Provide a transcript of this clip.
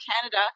Canada